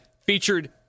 featured